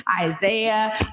Isaiah